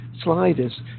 sliders